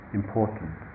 important